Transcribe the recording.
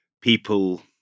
people